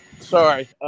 sorry